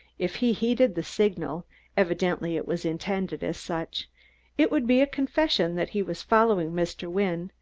if he heeded the signal evidently it was intended as such it would be a confession that he was following mr. wynne,